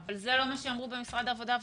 זה לא מה שאמרו במשרד העבודה והרווחה.